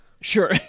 Sure